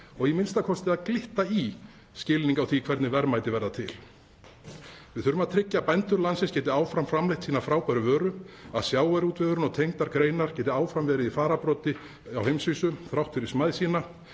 og a.m.k. að glitta í skilning á því hvernig verðmæti verða til. Við þurfum að tryggja að bændur landsins geti áfram framleitt sínar frábæru vörur. Að sjávarútvegurinn og tengdar greinar geti áfram verið í fararbroddi á heimsvísu þrátt fyrir smæð sína.